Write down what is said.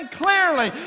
clearly